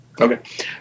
Okay